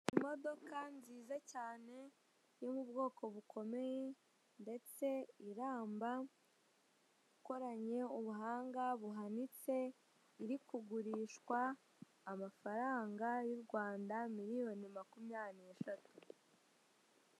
Imodoka nziza cyane yo mu bwoko bukomeye ndetse iramba ikoranye ubuhanga buhanitse iri kugurishwa amafaranga y'u Rwanda miliyoni makumyabiri n'eshatu